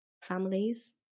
families